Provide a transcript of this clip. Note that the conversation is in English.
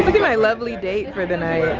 my lovely date for the night.